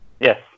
Yes